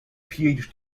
phd